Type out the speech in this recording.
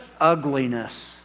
ugliness